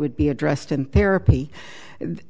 would be addressed in therapy